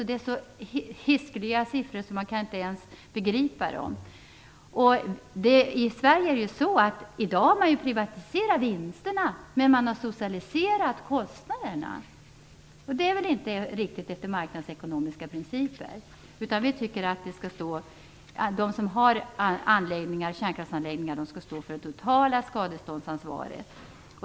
Det är så hiskliga siffror att man inte ens kan begripa dem. Man har privatiserat vinsterna men socialiserat kostnaderna i Sverige i dag. Det är väl inte marknadsekonomiska principer? Vi tycker att de som har kärnkraftsanläggningar skall ha det totala skadeståndsansvaret.